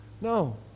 No